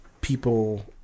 people